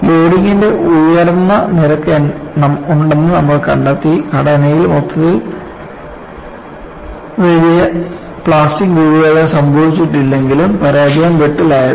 ലോഡിംഗിന്റെ ഉയർന്ന നിരക്ക് ഉണ്ടെന്ന് നമ്മൾ കണ്ടെത്തി ഘടനയിൽ മൊത്തത്തിൽ വലിയ പ്ലാസ്റ്റിക് രൂപഭേദം സംഭവിച്ചിട്ടില്ലെങ്കിലും പരാജയം ബ്രിട്ടിൽ ആയിരുന്നു